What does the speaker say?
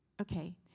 Okay